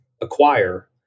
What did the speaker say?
Acquire